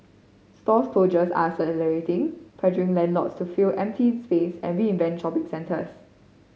store closures are accelerating pressuring landlords to fill empty space and reinvent shopping centers